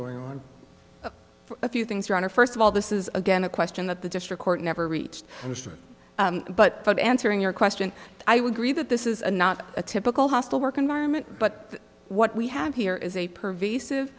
going on a few things your honor first of all this is again a question that the district court never reached mr butt but answering your question i would agree that this is not a typical hostile work environment but what we have here is a pervasive